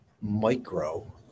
micro